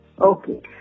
Okay